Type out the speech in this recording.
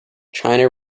china